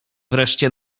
wreszcie